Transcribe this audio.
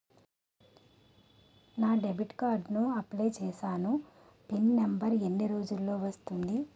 నా debit card కి apply చూసాను పిన్ నంబర్ ఎన్ని రోజుల్లో వస్తుంది?